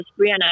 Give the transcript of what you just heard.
Brianna